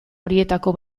horietako